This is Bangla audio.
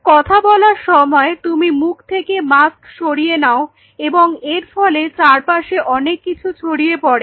কথা বলার সময় তুমি মুখ থেকে মাস্ক সরিয়ে নাও এবং এর ফলে চারপাশে অনেক কিছু ছড়িয়ে পড়ে